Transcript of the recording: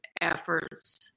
efforts